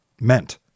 meant